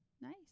Nice